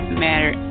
matter